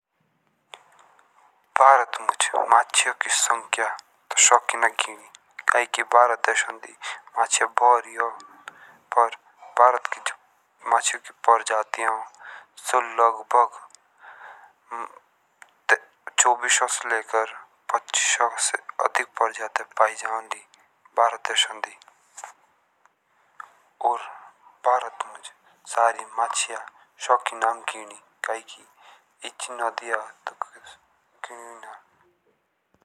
भारत मुझी मच्छियों की संख्या सोकिना गिनी। काकी भारत देश मुझ मच्छियों की सब्जी बोरी हो पर भारत की मच्छियों की परजातिया हो सो लग भाग चौबीस सौ से लेकर पचीस सौ से अधिक परजातिया पाए जाओली भारत देशोड़ी और भारत मुझ सारे मच्छिया सोकी ना गिनी काकी अच्छी नदिया गिनुए ना।